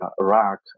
Iraq